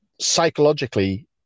psychologically